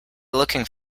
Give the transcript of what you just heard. looking